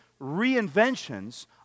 reinventions